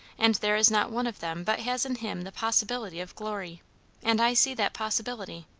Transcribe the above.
and there is not one of them but has in him the possibility of glory and i see that possibility,